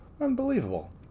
Unbelievable